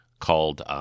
called